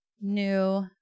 new